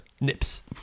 Nips